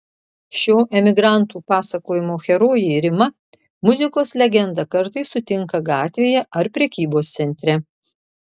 šio emigrantų pasakojimo herojė rima muzikos legendą kartais sutinka gatvėje ar prekybos centre